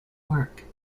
work